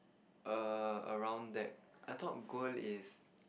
err around that I thought gold is